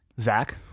Zach